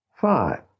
Five